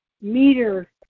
meter